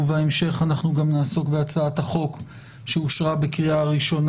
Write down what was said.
ובהמשך אנחנו גם נעסוק בהצעת החוק שאושרה בקריאה ראשונה,